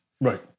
right